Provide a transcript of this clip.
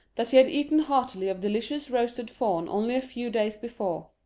that he had eaten heartily of delicious roasted fawn only a few days before.